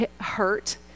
hurt